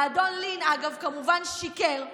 האדון לין, אגב, כמובן שיקר.